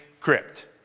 crypt